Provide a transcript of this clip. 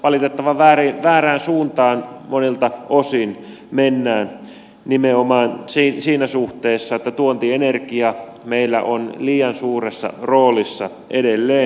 valitettavan väärään suuntaan monilta osin mennään nimenomaan siinä suhteessa että tuontienergia meillä on liian suuressa roolissa edelleen